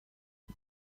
une